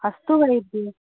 अस्तु वैद्ये